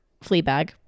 Fleabag